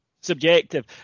subjective